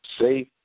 safe